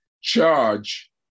charge